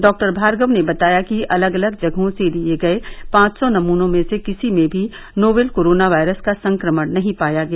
doctor Bhargava ने बताया कि अलग अलग जगहों से लिये गये पांच सौ नमूनों में से किसी में भी नोवल कोरोना वायरस का संक्रमण नहीं पाया गया